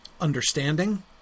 understanding